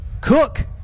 Cook